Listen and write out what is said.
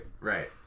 right